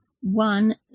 one